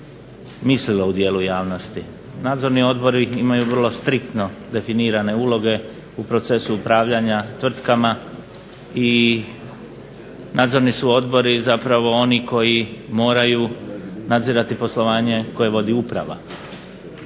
mislilo u dijelu javnosti. Nadzorni odbori imaju vrlo striktno definirane uloge u procesu upravljanja tvrtkama i nadzorni su odbori zapravo oni koji moraju nadzirati poslovanje koje vodi uprava.